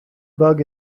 bug